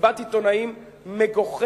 מסיבת עיתונאים מגוחכת